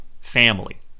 family